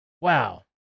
Wow